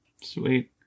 sweet